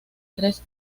tres